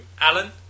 Alan